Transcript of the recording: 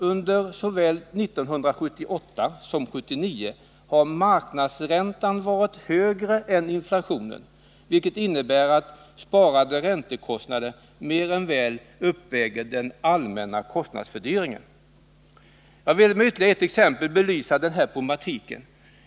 Under såväl 1978 som 1979 har marknadsräntan varit högre än inflationen, vilket innebär att sparade räntekostnader mer än väl uppväger den allmänna kostnadsfördyringen. Jag vill med ytterligare ett exempel belysa den här problematiken.